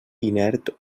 inert